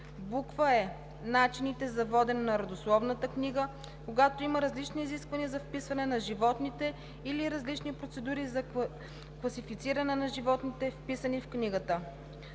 данни; е) начините за водене на родословната книга, когато има различни изисквания за вписване на животните или различни процедури за класифициране на животните, вписани в книгата;